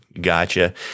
gotcha